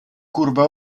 curva